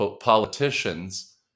politicians